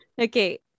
Okay